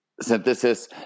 Synthesis